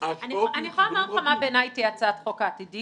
אני יכולה לומר לך מה בעיניי תהיה הצעת החוק העתיד.